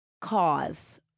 cause